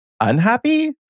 unhappy